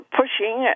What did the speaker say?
pushing